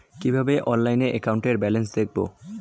কিভাবে অনলাইনে account balance দেখবো?